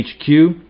HQ